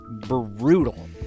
Brutal